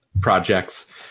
projects